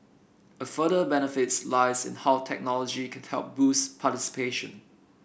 a further benefits lies in how technology can help boost participation